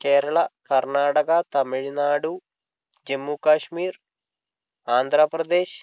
Kerala Karnataka Tamil Nadu Jammu Kashmir Andhra Pradesh